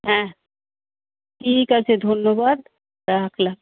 হ্যাঁ ঠিক আছে ধন্যবাদ রাখলাম